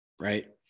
right